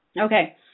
okay